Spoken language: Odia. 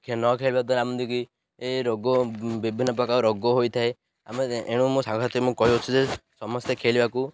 ନ ଖେଳିବା ଦ୍ୱାରା ଏମିତିକି ଏ ରୋଗ ବିଭିନ୍ନ ପ୍ରକାର ରୋଗ ହୋଇଥାଏ ଆମେ ଏଣୁ ମୁଁ ସାଙ୍ଗସାଥି ମୁଁ କହିଅଛି ଯେ ସମସ୍ତେ ଖେଳିବାକୁ